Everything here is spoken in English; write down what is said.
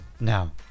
Now